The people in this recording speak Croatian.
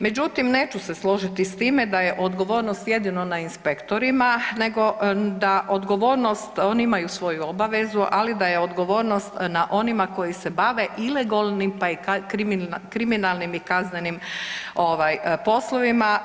Međutim, neću se složiti s time da je odgovornost jedino na inspektorima, nego da odgovornost, oni imaju svoju obavezu, ali da je odgovornost na onima koji se bave ilegalnim, pa i kriminalnim i kaznenim ovaj poslovima.